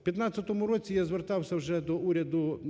В 2015 році я звертався вже до уряду